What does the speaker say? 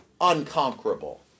unconquerable